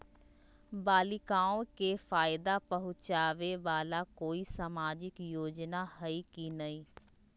बालिकाओं के फ़ायदा पहुँचाबे वाला कोई सामाजिक योजना हइ की नय?